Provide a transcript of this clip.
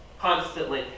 constantly